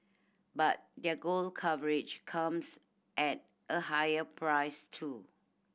but their global coverage comes at a higher price too